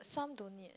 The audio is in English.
some don't need